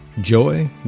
Joy